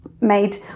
made